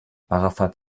arafat